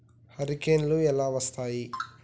హరికేన్లు ఎలా వస్తాయి?